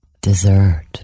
Dessert